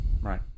right